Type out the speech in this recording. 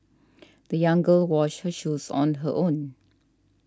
the young girl washed her shoes on her own